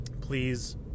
please